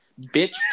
bitch